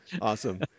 Awesome